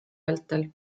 vältel